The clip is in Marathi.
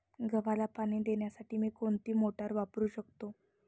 गव्हाला पाणी देण्यासाठी मी कोणती मोटार वापरू शकतो?